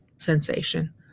sensation